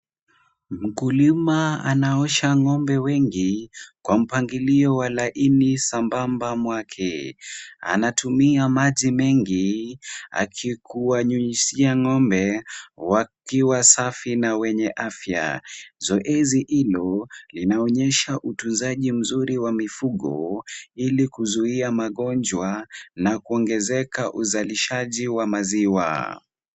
Mkulima anaosha ng'ombe wengi kwa mpangilio wa laini sambamba mwake. Anatumia maji mengi, akikuwanyunyizia ng'ombe wakiwa safi na wenye afya. Zoezi hilo, linaonyesha utunzaji mzuri wa mifugo ili kuzuia magonjwa na kuongezeka uzalishaji wa maziwa.